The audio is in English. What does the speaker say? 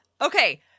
Okay